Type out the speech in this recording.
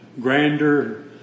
grander